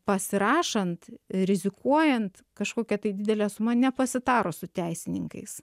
pasirašant rizikuojant kažkokia tai didele suma nepasitarus su teisininkais